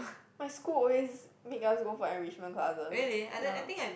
my school always make us go for enrichment classes ya